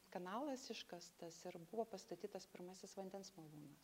kanalas iškastas ir buvo pastatytas pirmasis vandens malūnas